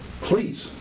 Please